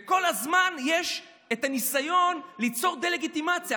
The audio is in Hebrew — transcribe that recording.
וכל הזמן יש את הניסיון ליצור דה-לגיטימציה.